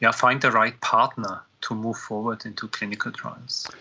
yeah find the right partner to move forward into clinical trials.